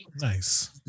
Nice